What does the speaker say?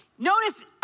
Notice